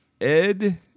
Ed